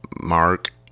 Mark